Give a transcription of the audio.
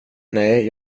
nej